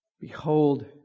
Behold